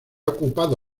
ocupado